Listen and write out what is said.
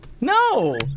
No